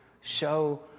show